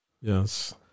yes